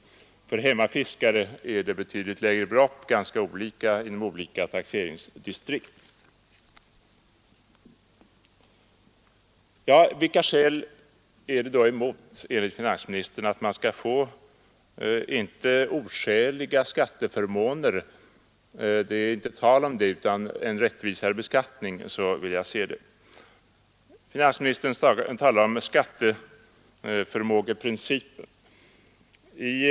För hemmafiskare är beloppen betydligt lägre och för övrigt olika inom olika taxeringsdistrikt. Vilka skäl talar då enligt finansministern emot att man skall få, skatteförmåner? Som jag ser det är det inte tal om det, utan om en rättvisare beskattning. Finansministern talar om skatteförmågeprincipen som ett skäl.